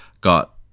got